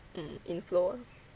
um inflow ah